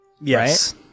yes